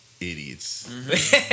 idiots